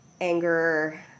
anger